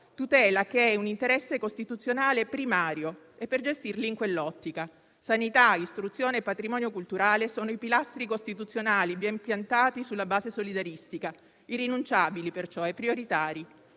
(tutela che è un interesse costituzionale primario) e per gestirli in quell'ottica. Sanità, istruzione e patrimonio culturale sono pilastri costituzionali, ben piantati sulla base solidaristica, irrinunciabili perciò e prioritari.